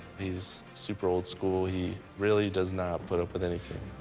he's super old school, he really does not put up with anything.